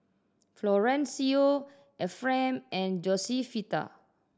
Florencio Efrem and Josefita